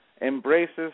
embraces